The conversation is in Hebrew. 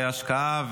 והשקעה,